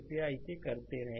कृपया इसे करते हैं